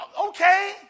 okay